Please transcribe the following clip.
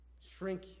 shrink